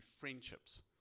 friendships